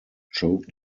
choke